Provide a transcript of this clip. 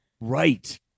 right